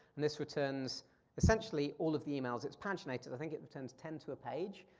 and this returns essentially all of the emails, it's paginated, i think it returns ten to a page.